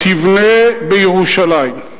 תבנה בירושלים.